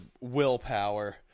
willpower